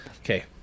Okay